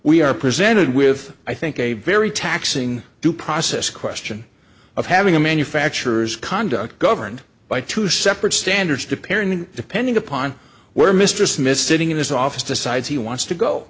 we are presented with i think a very taxing due process question of having a manufacturer's conduct governed by two separate standards depending depending upon where mr smith sitting in his office decides he wants to go